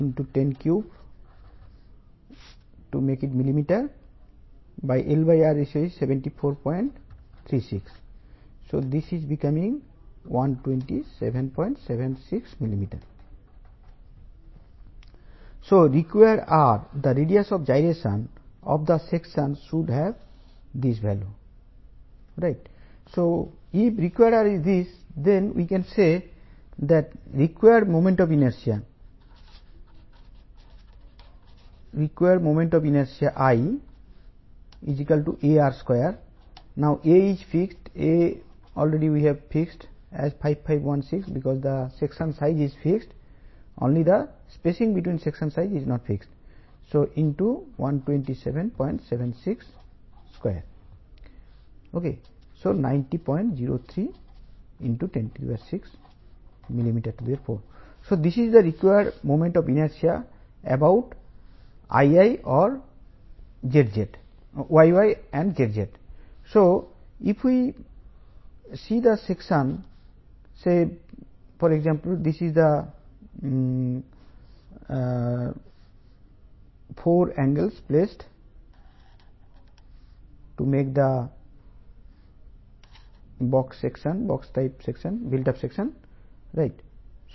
1 m design stress ని 150 MPa గా తీసుకుందాం కావాల్సిన ఏరియా ISA 90 × 90 × 8 mm అనే నాలుగు యాంగిల్స్ ను పెడదాము